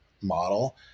model